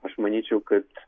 aš manyčiau kad